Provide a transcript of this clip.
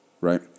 Right